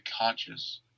conscious